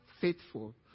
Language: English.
faithful